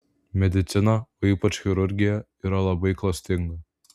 medicina o ypač chirurgija yra labai klastinga